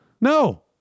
No